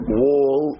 wall